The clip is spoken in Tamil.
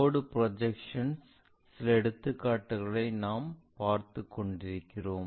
கோடு ப்ரொஜெக்ஷன்ல் சில எடுத்துக்காட்டுகளை நாம் பார்த்துக் கொண்டிருக்கிறோம்